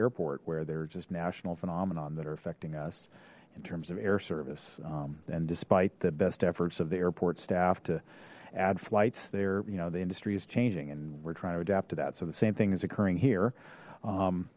airport where they're just national phenomenon that are affecting us in terms of air service and despite the best efforts of the airport staff to add flights there you know the industry is changing and we're trying to adapt to that so the same thing is occurring here